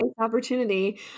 opportunity